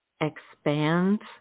expand